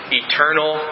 eternal